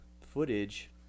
footage